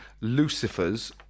Lucifers